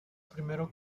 primero